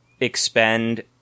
expend